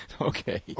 Okay